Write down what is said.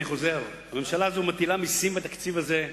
אני חוזר: הממשלה הזאת מטילה מסים בתקציב הזה,